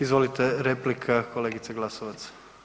Izvolite replika kolegice Glasovac.